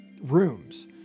rooms